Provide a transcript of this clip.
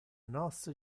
nos